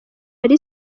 yari